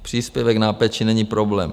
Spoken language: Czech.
Příspěvek na péči není problém.